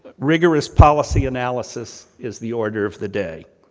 rigorous policy analysis is the order of the day.